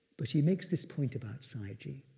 but he makes this point about sayagyi.